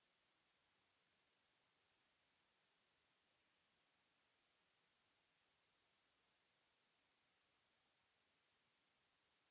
Merci